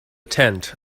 tent